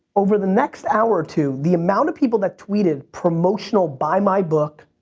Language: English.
over the next hour or two, the amount of people that tweeted promotional buy my book,